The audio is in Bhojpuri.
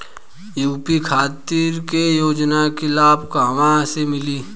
यू.पी खातिर के योजना के लाभ कहवा से मिली?